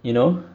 you know